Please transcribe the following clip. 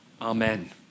Amen